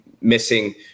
missing